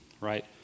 right